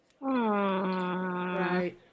Right